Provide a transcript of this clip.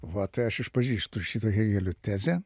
vat tai aš išpažįstu šitą hėgelio tezę